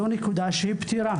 זו נקודה שהיא פתירה.